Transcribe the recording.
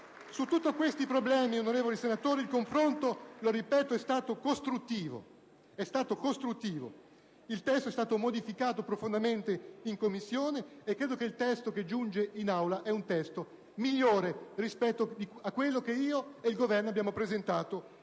Su tutti questi problemi, onorevoli senatori, il confronto, - lo ripeto - è stato costruttivo. Il testo è stato modificato profondamente in Commissione e credo che il testo che giunge in Aula sia migliore rispetto a quello che io e il Governo abbiamo presentato